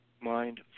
mind